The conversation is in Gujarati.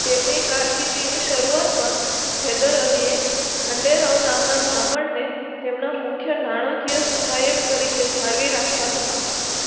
તેમની કારકિર્દીની શરૂઆતમાં હૈદર અલીએ ખાંડે રાવ નામના બ્રાહ્મણને તેમના મુખ્ય નાણાકીય સહાયક તરીકે જાળવી રાખ્યા હતા